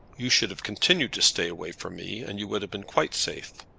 you should have continued to stay away from me, and you would have been quite safe.